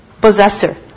Possessor